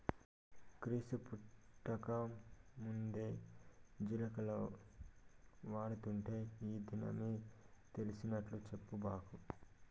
క్రీస్తు పుట్టకమున్నే జీలకర్ర వాడుతుంటే ఈ దినమే తెలిసినట్టు చెప్పబాకు